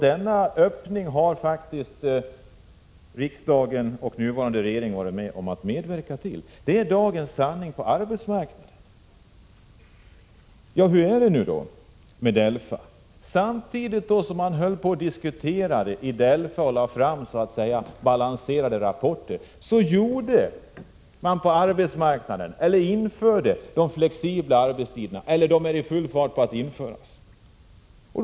Denna öppning har faktiskt riksdagen och den nuvarande regeringen medverkat till. Det är dagens sanning på arbetsmarknaden. Hur är det då med DELFA? Samtidigt som man diskuterade i DELFA och lade fram vad man kallar balanserade rapporter var man i full färd med att införa flexibla arbetstider på arbetsmarknaden.